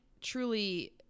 truly